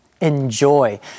enjoy